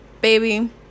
baby